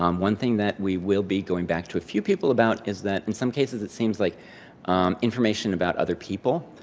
um one thing that we will going back to a few people about is that in some cases, it seems like information about other people,